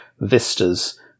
vistas